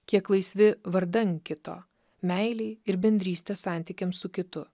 kiek laisvi vardan kito meilei ir bendrystės santykiams su kitu